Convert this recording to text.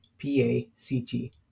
P-A-C-T